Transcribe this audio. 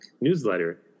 newsletter